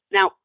Now